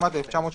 התשמ"ט 1989."